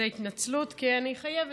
זו התנצלות, כי אני חייבת.